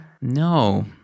No